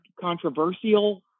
controversial